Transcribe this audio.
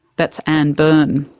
that's ann byrne.